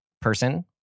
person